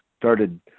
started